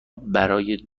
برای